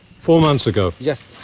four months ago. yes.